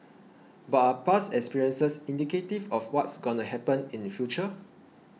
but are past experiences indicative of what's gonna happen in future